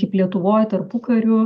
kaip lietuvoj tarpukariu